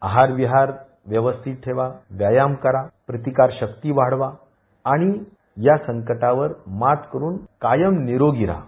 आहार विहार व्यवस्थित ठेवा व्यायाम करा प्रतिकारशक्ती वाढवा आणि या संकटावर मात करून कायम निरोगी रहा